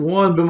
one